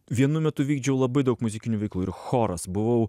vienu metu vykdžiau labai daug muzikinių veiklų ir choras buvau